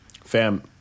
fam